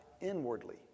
inwardly